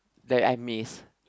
that I miss